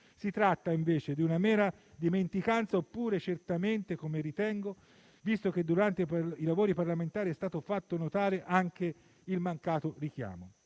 Si tratta di una mera dimenticanza oppure certamente no, come ritengo, visto che durante i lavori parlamentari è stato fatto notare anche il mancato richiamo?